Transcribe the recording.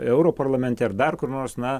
europarlamente ar dar kur nors na